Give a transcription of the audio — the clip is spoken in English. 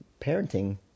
parenting